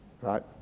Right